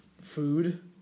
Food